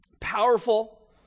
powerful